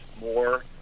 more